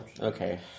Okay